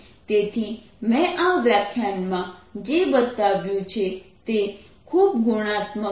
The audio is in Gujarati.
તેથી મેં આ વ્યાખ્યાનમાં જે બતાવ્યું છે તે ખૂબ ગુણાત્મક છે